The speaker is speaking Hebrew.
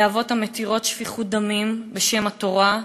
להבות המתירות שפיכות דמים בשם התורה,